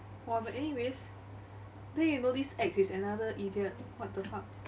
!wah! but anyways then you know this X is another idiot what the fuck